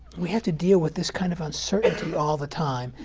we have to deal with this kind of uncertainty all the time.